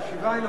כל מלה בסלע.